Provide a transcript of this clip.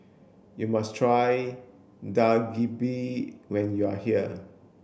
you must try Dak Galbi when you are here